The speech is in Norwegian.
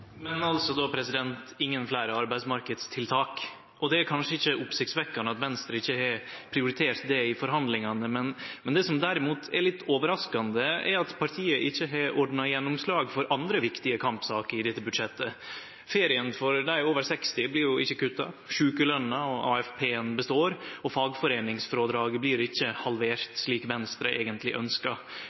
Men altså då ingen fleire arbeidsmarknadstiltak, og det er kanskje ikkje oppsiktsvekkjande at Venstre ikkje har prioritert det i forhandlingane. Det som derimot er litt overraskande, er at partiet ikkje har ordna gjennomslag for andre viktige kampsaker i dette budsjettet. Ferien for dei over 60 blir ikkje kutta, sjukeløna og AFP-en består, og fagforeiningsfrådraget blir ikkje halvert, slik Venstre eigentleg